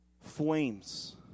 Flames